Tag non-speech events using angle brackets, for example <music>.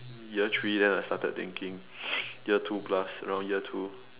year three then I started thinking <noise> year two plus around year two